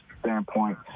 standpoint